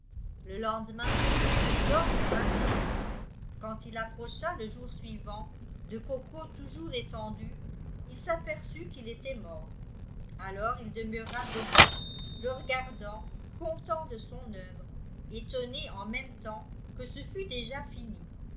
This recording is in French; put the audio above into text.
le lendemain zidore ne vint pas quand il approcha le jour suivant de coco toujours étendu il s'aperçut qu'il était mort alors il demeura debout le regardant content de son œuvre étonné en même temps que ce fût déjà fini